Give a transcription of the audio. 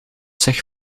zich